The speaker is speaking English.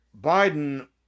Biden